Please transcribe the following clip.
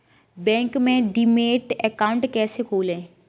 Bank में demat account कैसे खोलें?